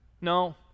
No